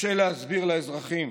שקשה להסביר לאזרחים.